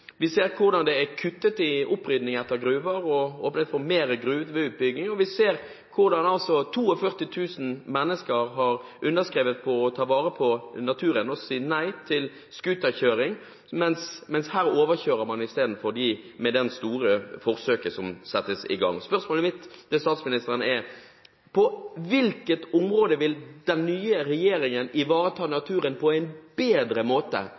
vi ser hvordan det er kuttet i opprydding etter gruver og åpnes for mer gruveutbygging, og vi ser hvordan 42 000 mennesker har underskrevet på å ta vare på naturen og sier nei til snøscooterkjøring, men her overkjører man dem isteden med det store forsøket som settes i gang. Spørsmålet mitt til statsministeren er: På hvilket område vil den nye regjeringen ivareta naturen på en bedre måte